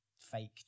fake